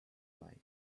light